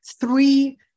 three